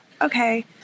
okay